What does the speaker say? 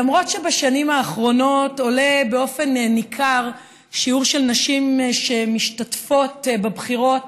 למרות שבשנים האחרונות עולה באופן ניכר שיעור של נשים שמשתתפות בבחירות,